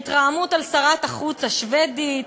בהתרעמות על שרת החוץ השבדית,